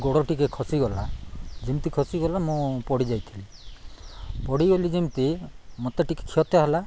ଗୋଡ଼ ଟିକେ ଖସିଗଲା ଯେମିତି ଖସିଗଲା ମୁଁ ପଡ଼ିଯାଇଥିଲି ପଡ଼ିଗଲି ଯେମିତି ମୋତେ ଟିକେ କ୍ଷତ ହେଲା